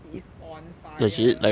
he is on fire